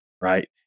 Right